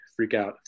Freakout